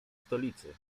stolicy